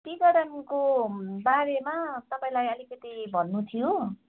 T गार्डनको बारेमा तपाईंलाई अलिकति भन्नु थियो